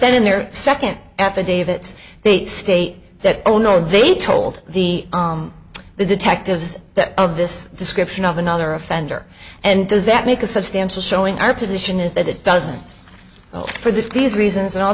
then in their second affidavit they state that oh no they told the the detectives that of this description of another offender and does that make a substantial showing our position is that it doesn't go for this these reasons and